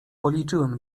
policzyłem